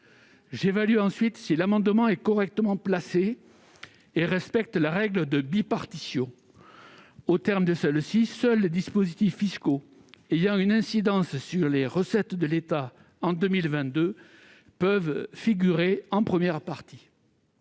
J'évalue ensuite si l'amendement est correctement placé et respecte la règle de bipartition. Aux termes de celle-ci, seuls les dispositifs fiscaux ayant une incidence sur les recettes de l'État en 2022 peuvent figurer en première partie.